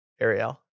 Ariel